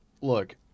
Look